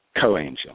co-angel